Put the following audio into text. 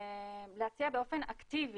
להציע באופן אקטיבי.